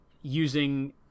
using